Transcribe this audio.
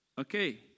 Okay